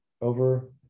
over